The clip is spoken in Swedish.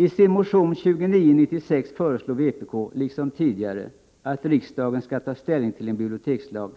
I sin motion 2996 föreslår vpk, liksom tidigare år, att riksdagen skall ta ställning till en bibliotekslag,